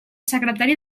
secretari